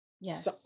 yes